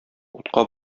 утка